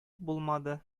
булмады